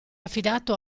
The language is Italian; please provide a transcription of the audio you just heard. affidato